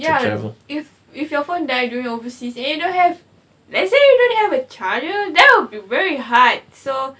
ya if if your phone die during overseas and you don't have let's say you have a charger that will be very hard so